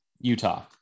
utah